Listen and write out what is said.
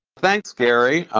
thanks gary.